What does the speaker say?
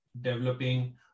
developing